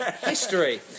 history